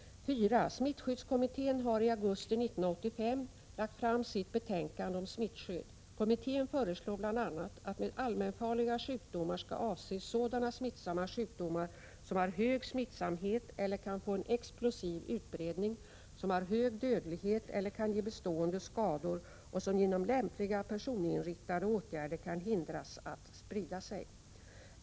4. Smittskyddskommittén har i augusti 1985 lagt fram sitt betänkande om smittskydd. Kommittén föreslår bl.a. att med allmänfarliga sjukdomar skall avses sådana smittsamma sjukdomar som har hög smittsamhet eller kan få en explosiv utbredning, som har hög dödlighet eller kan ge bestående skador och som genom lämpliga personinriktade åtgärder kan hindras att sprida sig.